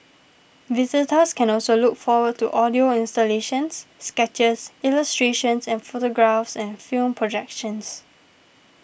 visitors can also look forward to audio installations sketches illustrations and photographs and film projections